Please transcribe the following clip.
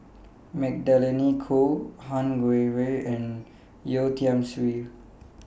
Magdalene Khoo Han Guangwei and Yeo Tiam Siew